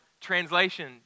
Translation